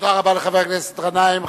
תודה רבה לחבר הכנסת גנאים.